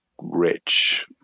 rich